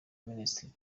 minisitiri